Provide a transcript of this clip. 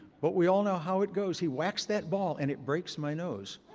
but we all know how it goes. he whacks that ball and it breaks my nose.